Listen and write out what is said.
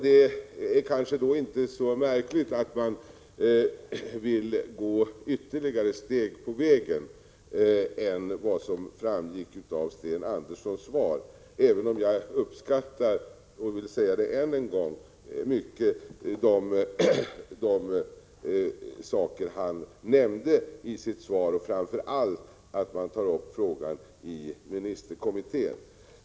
Det är kanske inte så märkligt att man vill gå ytterligare steg på vägen i förhållande till vad som framgick av Sten Anderssons svar, även om jag mycket uppskattar — det vill jag säga än en gång — de saker han nämnde i sitt svar, framför allt att frågan kommer att tas upp i ministerkommittén.